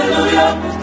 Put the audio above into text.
Hallelujah